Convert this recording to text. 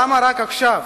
למה רק עכשיו,